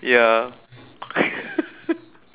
ya